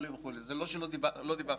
זה לא שלא דיווחנו.